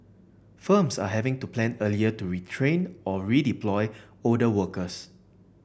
firms are having to plan earlier to retrain or redeploy older workers